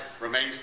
remains